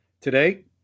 today